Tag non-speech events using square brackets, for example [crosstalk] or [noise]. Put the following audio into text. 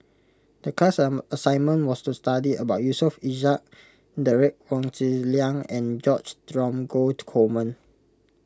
the class [unintelligible] assignment was to study about Yusof Ishak Derek Wong Zi Liang and George Dromgold Coleman